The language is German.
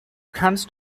kannst